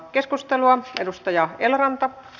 keskustan edustaja eloranta p